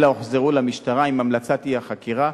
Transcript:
אלא הוחזרו למשטרה עם המלצת אי-חקירה.